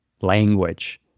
Language